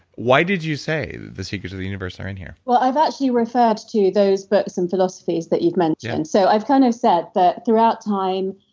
why did you say the secrets of the universe are in here? well, i've actually referred to those books and philosophies that you've mentioned. so i've kind of said that throughout time,